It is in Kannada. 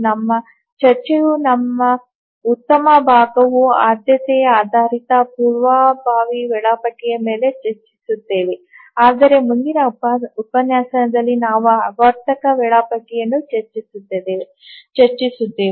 ನಮ್ಮ ಚರ್ಚೆಯ ನಮ್ಮ ಉತ್ತಮ ಭಾಗವು ಆದ್ಯತೆಯ ಆಧಾರಿತ ಪೂರ್ವಭಾವಿ ವೇಳಾಪಟ್ಟಿಗಳ ಮೇಲೆ ಚರ್ಚಿಸುತ್ತೇವೆ ಆದರೆ ಮುಂದಿನ ಉಪನ್ಯಾಸದಲ್ಲಿ ನಾವು ಆವರ್ತಕ ವೇಳಾಪಟ್ಟಿಗಳನ್ನು ಚರ್ಚಿಸುತ್ತೇವೆ